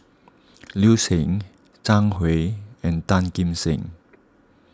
Liu Si Zhang Hui and Tan Kim Seng